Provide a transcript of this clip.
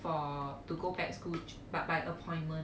for to go back school but by appointment